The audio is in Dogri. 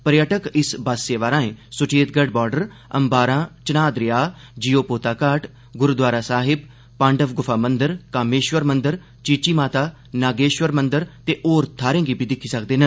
पर्यट कइस बस सेवा राएं सुचेतगढ़ बार्डर अम्बारां चनां दरेया जियोपोता थाहर गुरूद्वारा साहिब पांडव गुफा मंदर कामेष्वा मंदर चीची माता नागेष्वर मंदर ते दुए थाह्रें गी दिक्खी सकदे न